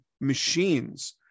machines